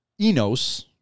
enos